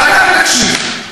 תירגע ותקשיב.